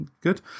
Good